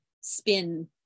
spin